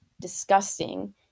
disgusting